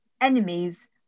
enemies